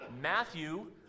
Matthew